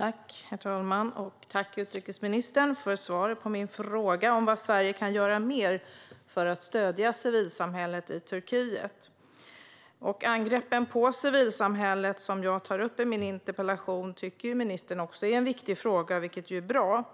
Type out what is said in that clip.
Herr talman! Tack, utrikesministern, för svaret på min fråga om vad Sverige kan göra mer för att stödja civilsamhället i Turkiet. Ministern tycker också att angreppen på civilsamhället, som jag tar upp i min interpellation, är en viktig fråga, vilket är bra.